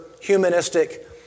humanistic